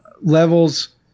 levels